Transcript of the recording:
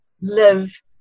live